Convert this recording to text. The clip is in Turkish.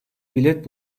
bilet